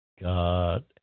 God